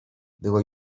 była